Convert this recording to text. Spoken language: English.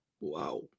wow